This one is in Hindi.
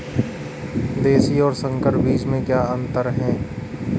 देशी और संकर बीज में क्या अंतर है?